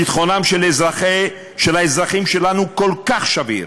ביטחונם של האזרחים שלנו כל כך שביר,